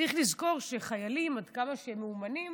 צריך לזכור שחיילים, עד כמה שהם מאומנים,